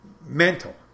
mental